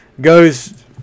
goes